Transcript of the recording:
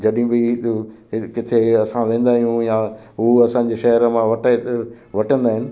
जॾहिं बि किथे असां वेंदा आहियूं या हू असांजे शहर मां वटे त वटंदा आहिनि